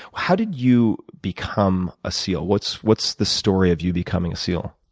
how did you become a seal? what's what's the story of you becoming a seal?